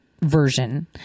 version